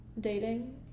dating